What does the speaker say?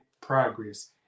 progress